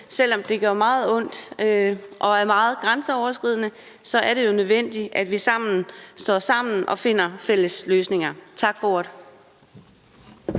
selv om det gør meget ondt og er meget grænseoverskridende. Det er jo nødvendigt, at vi står sammen og finder fælles løsninger. Tak for ordet.